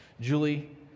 Julie